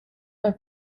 are